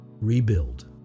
rebuild